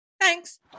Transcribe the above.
Thanks